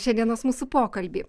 šiandienos mūsų pokalbį